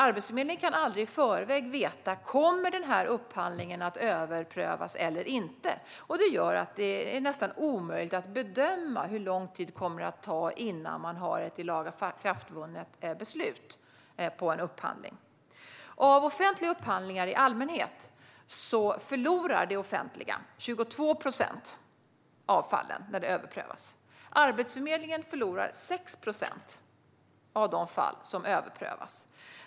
Arbetsförmedlingen kan aldrig i förväg veta om en viss upphandling kommer att överprövas eller inte. Det gör att det är nästan omöjligt att bedöma hur lång tid det kommer att ta innan man har ett lagakraftvunnet beslut om en upphandling. Av offentliga upphandlingar i allmänhet förlorar det offentliga 22 procent av de fall där de överprövas. Arbetsförmedlingen förlorar 6 procent av de fall som överprövas.